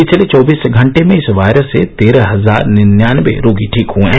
पिछले चौबीस घंटे में इस वायरस से तेरह हजार निन्यानबे रोगी ठीक हुए हैं